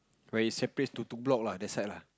where it separates to two block lah that side lah